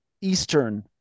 Eastern